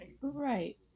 Right